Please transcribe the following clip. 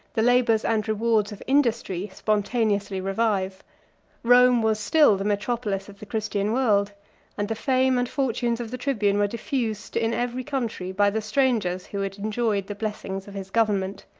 the labors and rewards of industry spontaneously revive rome was still the metropolis of the christian world and the fame and fortunes of the tribune were diffused in every country by the strangers who had enjoyed the blessings of his government.